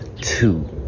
two